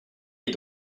est